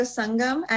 Sangam